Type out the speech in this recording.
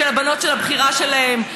של הבחירה של הבנות.